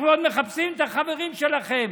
אנחנו עוד מחפשים את החברים שלכם,